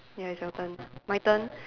ya it's your turn my turn